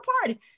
party